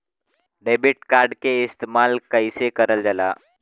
Debit card के इस्तेमाल कइसे करल जाला?